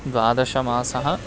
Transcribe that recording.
द्वादश मासः